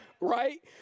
Right